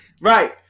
Right